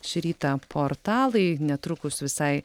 šį rytą portalai netrukus visai